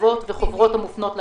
כתבות וחוברות המופנות לנוער.